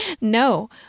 No